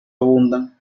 abundan